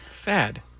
Sad